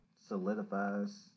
Solidifies